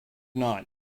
not